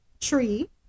tree